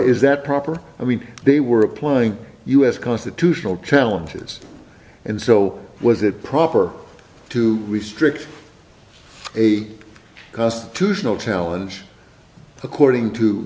is that proper i mean they were applying u s constitutional challenges and so was it proper to restrict a constitutional challenge according to